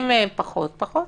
אם הם פחות פחות.